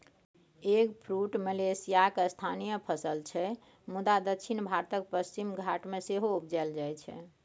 eggfruit मलेशियाक स्थानीय फसल छै मुदा दक्षिण भारतक पश्चिमी घाट मे सेहो उपजाएल जाइ छै